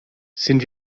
sind